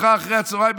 מחר אחר הצוהריים,